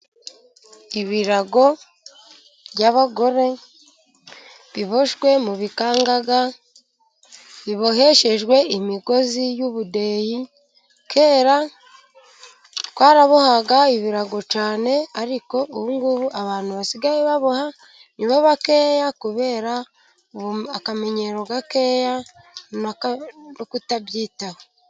Ibirago by'abagore biboshywe mu bikangaga biboheshejwe imigozi y'ubudeyi. Kera twarabohaga ibirago cyane ariko ubu ngubu abantu basigaye baboha ni bo bakeya , kubera akamenyero gakeya no kutabyitaho.